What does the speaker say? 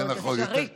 זה עוד אפשרי.